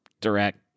direct